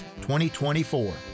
2024